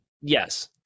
Yes